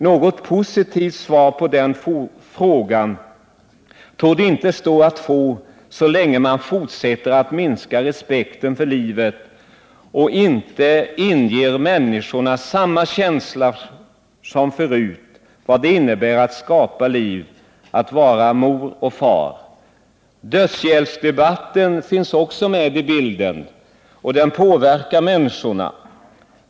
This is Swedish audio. Något positivt svar på den frågan torde inte stå att få så länge man fortsätter att minska respekten för livet och inte inger människorna samma känsla som förut av vad det innebär att skapa liv, att vara mor och far. Dödshjälpsdebatten finns också med i bilden, och den påverkar människorna.